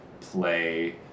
play